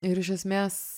ir iš esmės